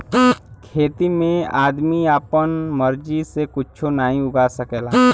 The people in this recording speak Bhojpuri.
खेती में आदमी आपन मर्जी से कुच्छो नाहीं उगा सकला